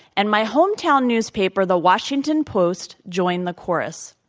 and my hometown newspaper, the washington post, joined the chorus.